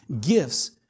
gifts